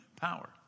power